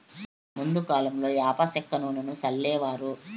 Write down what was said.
ముందు కాలంలో యాప సెక్క నూనెను సల్లేవారు